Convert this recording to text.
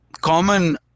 common